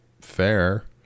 fair